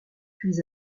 puis